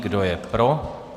Kdo je pro?